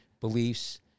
beliefs